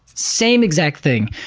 same exact thing,